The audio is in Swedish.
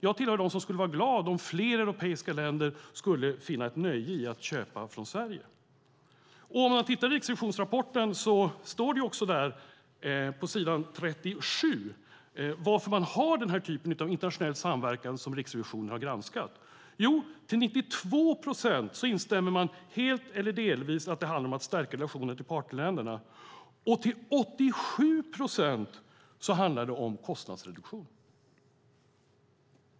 Jag tillhör dem som skulle vara glada om fler europeiska länder fann ett nöje i att köpa från Sverige. På s. 37 i Riksrevisionens rapport kan man läsa varför man har den typ av internationell samverkan som Riksrevisionen har granskat. Till 92 procent instämmer man helt eller delvis i att det handlar om att stärka relationen till partnerländerna. Till 87 procent handlar det om kostnadsreduktion.